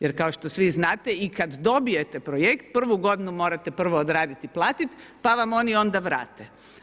Jer kao što svi znate i kada dobijete projekt prvu godinu morate prvo odraditi i platiti pa vam oni onda vrate.